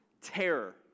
Terror